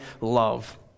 love